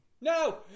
No